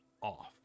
off